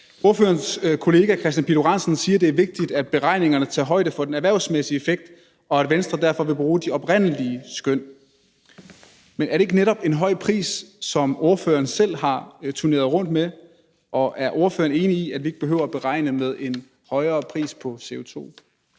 Ordførerens kollega hr. Kristian Pihl Lorentzen siger, det er vigtigt, at beregningerne tager højde for den erhvervsmæssige effekt, og at Venstre derfor vil bruge de oprindelige skøn. Men er det netop ikke en høj pris, som ordføreren selv har turneret rundt med, og er ordføreren enig i, at vi ikke behøver at beregne med en højere pris på CO2?